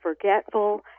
forgetful